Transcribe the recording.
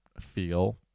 feel